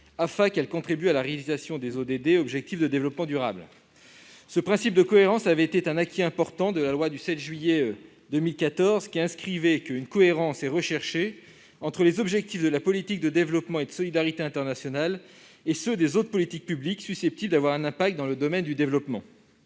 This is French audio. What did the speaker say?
afin qu'elles contribuent à la réalisation des objectifs de développement durable, les ODD. Ce principe de cohérence était un acquis important de la loi du 7 juillet 2014, qui disposait qu'« une cohérence est recherchée entre les objectifs de la politique de développement et de solidarité internationale et ceux des autres politiques publiques susceptibles d'avoir un impact dans le domaine du développement